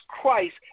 Christ